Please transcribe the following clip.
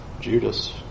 Judas